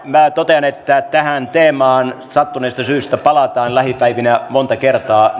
minä totean että tähän teemaan sattuneesta syystä palataan lähipäivinä monta kertaa